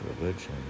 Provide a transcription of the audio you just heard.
religion